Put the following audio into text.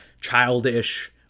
childish